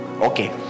okay